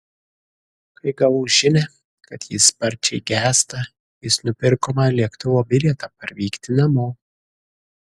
kai gavau žinią kad ji sparčiai gęsta jis nupirko man lėktuvo bilietą parvykti namo